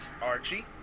Archie